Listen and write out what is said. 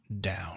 down